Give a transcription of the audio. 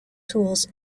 tools